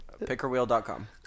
Pickerwheel.com